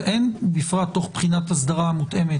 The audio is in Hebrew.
אין בפרט תוך בחינת אסדרה המותאמת.